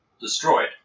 destroyed